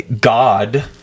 God